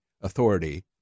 authority